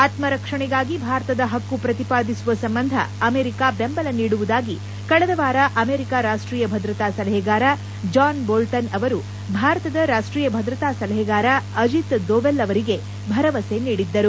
ಆತ್ಪರಕ್ಷಣೆಗಾಗಿ ಭಾರತದ ಹಕ್ಕು ಪ್ರತಿಪಾದಿಸುವ ಸಂಬಂಧ ಅಮೆರಿಕ ಬೆಂಬಲ ನೀಡುವುದಾಗಿ ಕಳೆದವಾರ ಅಮೆರಿಕ ರಾಷ್ಷೀಯ ಭದ್ರತಾ ಸಲಹೆಗಾರ ಜಾನ್ ಬೊಲ್ಟನ್ ಅವರು ಭಾರತದ ರಾಷ್ಷೀಯ ಭದ್ರತಾ ಸಲಹೆಗಾರ ಅಜಿತ್ ದೋವೆಲ್ ಅವರಿಗೆ ಭರವಸೆ ನೀಡಿದ್ದರು